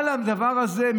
על הדבר הזה,